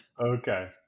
Okay